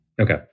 Okay